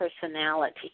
personality